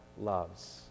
loves